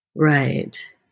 Right